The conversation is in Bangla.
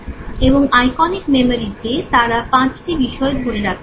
এবং আইকোনিক মেমোরিতে তারা পাঁচটি বিষয় ধরে রাখতে পারে